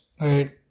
right